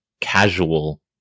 casual